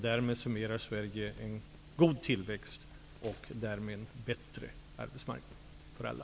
Därmed får Sverige en god tillväxt och en bättre arbetsmarknad för alla.